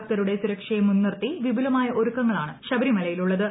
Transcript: ഭക്തരുടെ സുരക്ഷയെ മുൻനിർത്തി വിപുലമായ ഒരുക്കങ്ങളാണ് ശബരിമലയിലുള്ളത്